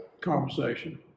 Conversation